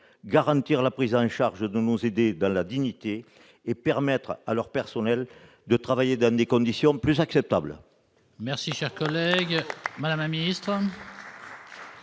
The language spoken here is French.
garantir la prise en charge de nos aînés dans la dignité et permettre à leur personnel de travailler dans des conditions plus acceptables. La parole est à Mme la ministre.